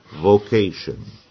vocation